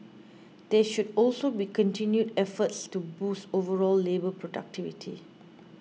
there should also be continued efforts to boost overall labour productivity